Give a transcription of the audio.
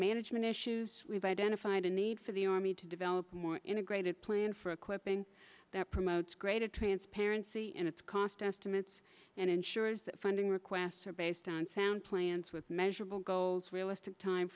management issues we've identified a need for the army to develop a more integrated plan for equipping that promotes greater transparency in its cost estimates and ensures that funding requests are based on sound plans with measurable goals realistic time